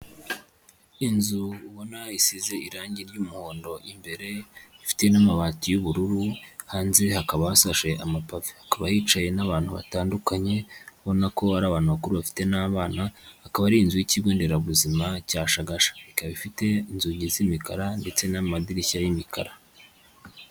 Inzu ubona isize irange ry'umuhondo imbere ifite n'amabati y'ubururu, hanze hakaba hasashe amapave, hakaba hicaye n'abantu batandukanye ubona ko ari abantu bakuru bafite n'abana, akaba ari inzu y'ikigo nderabuzima cya Shagasha, ikaba ifite inzugi z'imikara ndetse n'amadirishya y'imikara.